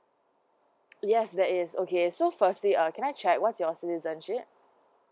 yes that is okay so firstly uh can I check what's your citizenship